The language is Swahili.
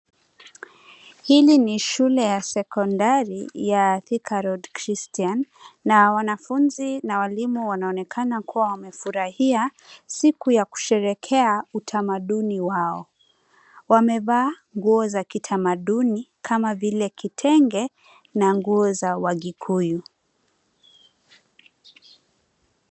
Hii ni shule ya sekondari ya Thika road Christian na wanafunzi na walimu wanaonekana kuwa wamefurahia siku ya kitamaduni wao. Wamevaaa nguo za kitamaduni kama vile kitenge na nguo za wagikuyu.